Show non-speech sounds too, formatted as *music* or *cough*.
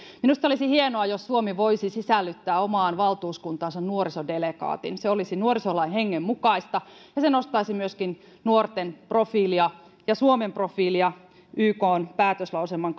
minusta olisi hienoa jos suomi voisi sisällyttää omaan valtuuskuntaansa nuorisodelegaatin se olisi nuorisolain hengen mukaista ja se myöskin nostaisi nuorten profiilia ja suomen profiilia ykn päätöslauselman *unintelligible*